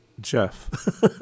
Jeff